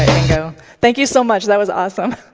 so thank you so much. that was awesome.